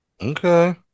Okay